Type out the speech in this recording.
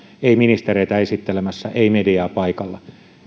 ei ministereitä esittelemässä ei mediaa paikalla